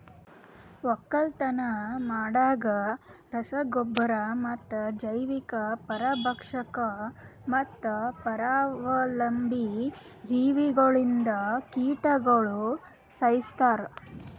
ಒಕ್ಕಲತನ ಮಾಡಾಗ್ ರಸ ಗೊಬ್ಬರ ಮತ್ತ ಜೈವಿಕ, ಪರಭಕ್ಷಕ ಮತ್ತ ಪರಾವಲಂಬಿ ಜೀವಿಗೊಳ್ಲಿಂದ್ ಕೀಟಗೊಳ್ ಸೈಸ್ತಾರ್